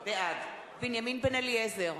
בעד בנימין בן-אליעזר,